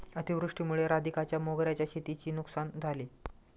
अतिवृष्टीमुळे राधिकाच्या मोगऱ्याच्या शेतीची नुकसान झाले